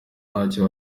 ntacyo